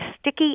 sticky